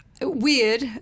weird